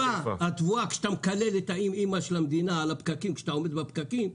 כשאתה מקלל את האימ-אימא של המדינה כשאתה עומד בפקקים,